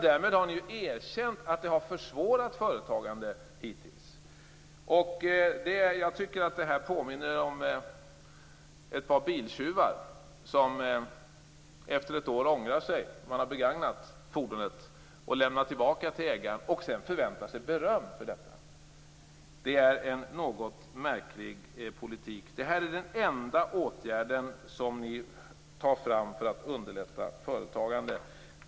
Därmed har ni erkänt att ni hittills har försvårat för företagande. Detta påminner om ett par biltjuvar som efter ett år när de har begagnat fordonet ångrar sig, lämnar tillbaka det till ägaren och sedan förväntar sig beröm för detta. Det är en något märklig politik. Det här är den enda åtgärden som ni tar fram för att underlätta för företagandet.